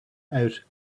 out